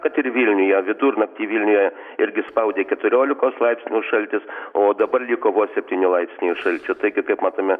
kad ir vilniuje vidurnaktį vilniuje irgi spaudė keturiolikos laipsnių šaltis o dabar liko vos septyni laipsniai šalčio taigi kaip matome